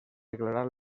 declarar